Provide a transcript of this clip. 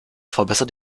verbessert